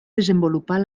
desenvolupar